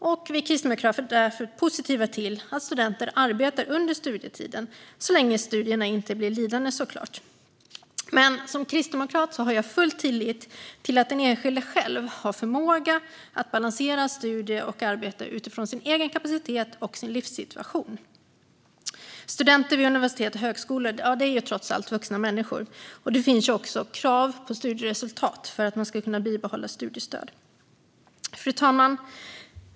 Vi kristdemokrater är därför positiva till att studenter arbetar under studietiden så länge studierna inte blir lidande. Som kristdemokrat har jag dock full tillit till att den enskilde själv har förmåga att balansera studier och arbete utifrån sin egen kapacitet och livssituation. Studenter vid universitet och högskola är trots allt vuxna människor. Det finns också krav på studieresultat för att man ska få behålla sitt studiestöd. Fru talman!